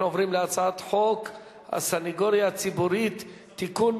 אנחנו עוברים להצעת חוק הסניגוריה הציבורית (תיקון,